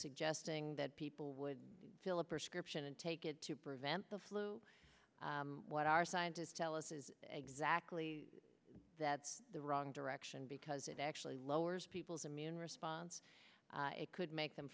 suggesting that people would fill a prescription and take it to prevent the flu what our scientists tell us is exactly that's the wrong direction because it actually lowers people's immune response it could make them